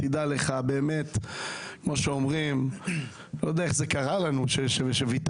אני לא יודע איך זה קרה לנו שויתרנו.